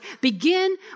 Begin